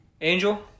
Angel